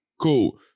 cool